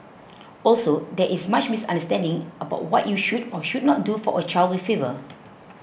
also there is much misunderstanding about what you should or should not do for a child with fever